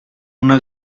una